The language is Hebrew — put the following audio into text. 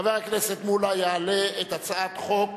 חבר הכנסת מולה יעלה את הצעת חוק